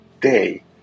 day